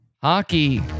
hockey